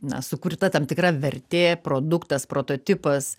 na sukurta tam tikra vertė produktas prototipas